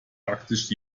praktisch